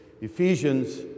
Ephesians